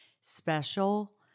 special